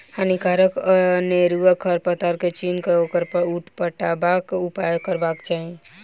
हानिकारक अनेरुआ खर पात के चीन्ह क ओकरा उपटयबाक उपाय करबाक चाही